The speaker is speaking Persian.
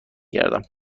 گردم